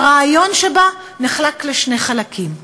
הרעיון שבה נחלק לשני חלקים: